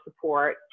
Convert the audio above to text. support